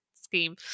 scheme